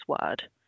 word